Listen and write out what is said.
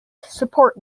support